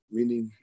Meaning